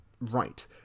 right